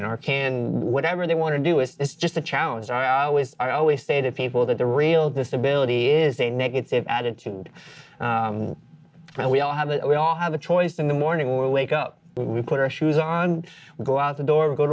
ironman or can whatever they want to do it is just a challenge i always i always say to people that the real disability is a negative attitude that we all have that we all have a choice in the morning we wake up we put our shoes on go out the door go